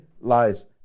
lies